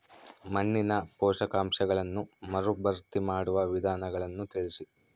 ಮಣ್ಣಿನ ಪೋಷಕಾಂಶಗಳನ್ನು ಮರುಭರ್ತಿ ಮಾಡುವ ವಿಧಾನಗಳನ್ನು ತಿಳಿಸಿ?